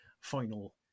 Final